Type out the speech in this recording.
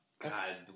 God